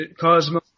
Cosmo